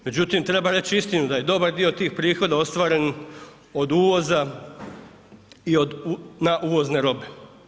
Međutim treba reći istinu da je dobar dio tih prihoda ostvaren od uvoza na uvozne robe.